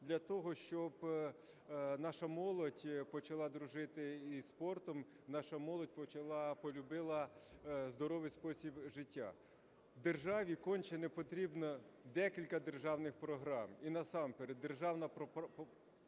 для того, щоб наша молодь почала дружити із спортом, наша молодь полюбила здоровий спосіб життя. Державі конче потрібно декілька державних програм, і насамперед державна програма